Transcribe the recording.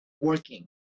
working